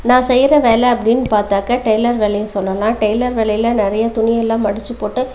நான் செய்கிற வேலை அப்டினு பார்த்தாக்கா டெய்லர் வேலையை சொல்லலாம் டெய்லர் வேலையில் நிறையா துணி எல்லாம் மடிச்சு போட்டு